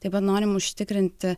taip pat norim užtikrinti